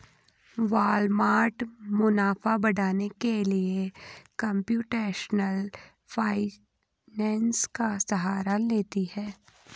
Walmart मुनाफा बढ़ाने के लिए कंप्यूटेशनल फाइनेंस का सहारा लेती है